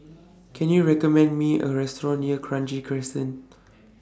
Can YOU recommend Me A Restaurant near Kranji Crescent